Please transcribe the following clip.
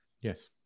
Yes